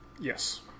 Yes